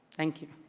thank you.